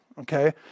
Okay